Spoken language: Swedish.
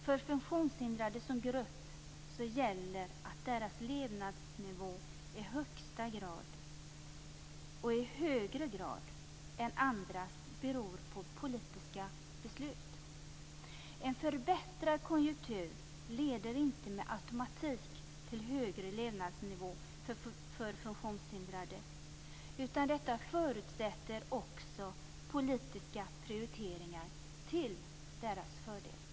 För funktionshindrade som grupp gäller att deras levnadsnivå i högsta grad, och i högre grad än andras, beror på politiska beslut. En förbättrad konjunktur leder inte med automatik till högre levnadsnivå för funktionshindrade. Detta förutsätter också politiska prioriteringar till deras fördel.